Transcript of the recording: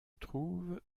trouve